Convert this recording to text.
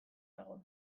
dago